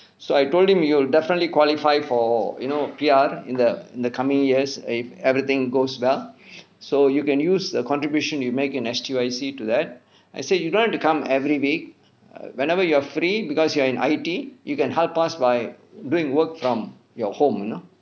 so I told him you will definitely qualify for you know P_R in the in the coming years if everything goes well so you can use the contribution you make in S_T_Y_C to do that I say you don't want to come every week err whenever you're free because you are in I_T you can help us by doing work from your home you know